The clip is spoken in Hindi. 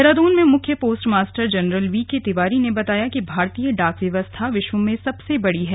देहरादून में मुख्य postmaster general V K Tiwari ने बताया कि भारतीय डाक व्यवस्था विश्व में सबसे बड़ी है